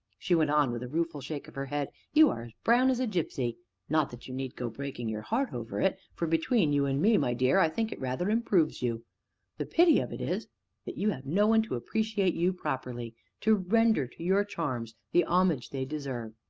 she went on, with a rueful shake of her head, you are as brown as a gipsy not that you need go breaking your heart over it for, between you and me, my dear, i think it rather improves you the pity of it is that you have no one to appreciate you properly to render to your charms the homage they deserve,